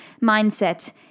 mindset